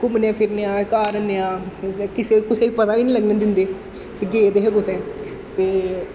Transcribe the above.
घूमने फिरने आं घर होन्ने आं किसै गी कुसै गी पता बी निं लग्गन दिन्नें कि गेदे हे कुतै ते